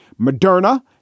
Moderna